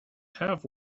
have